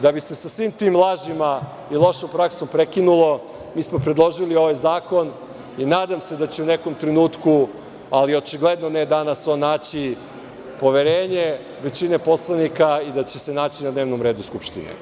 Da bi se sa svim tim lažima i lošom praksom prekinulo, mi smo predložili ovaj zakon i nadam se da će u nekom trenutku, ali očigledno ne danas, on naći poverenje većine poslanika i da će se naći na dnevnom redu Skupštine.